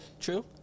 True